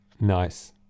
Nice